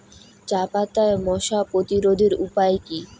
চাপাতায় মশা প্রতিরোধের উপায় কি?